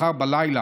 מחר בלילה,